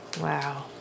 wow